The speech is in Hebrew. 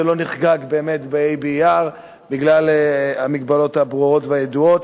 לא נחגג בה' באייר בגלל המגבלות הברורות והידועות.